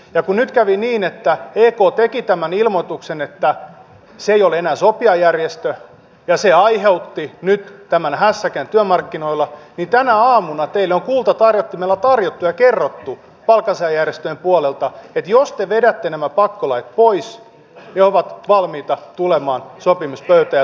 ja kun nyt kävi niin että ek teki tämän ilmoituksen että se ei ole enää sopijajärjestö ja se aiheutti nyt tämän hässäkän työmarkkinoilla niin tänä aamuna teille on kultatarjottimella tarjottu ja kerrottu palkansaajajärjestöjen puolelta että jos te vedätte nämä pakkolait pois he ovat valmiita tulemaan sopimuspöytään ja sopimaan